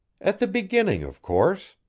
at the beginning, of course.